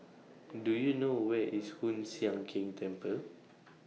Do YOU know Where IS Hoon Sian Keng Temple